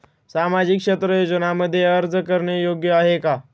सामाजिक क्षेत्र योजनांमध्ये अर्ज करणे योग्य आहे का?